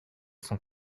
cent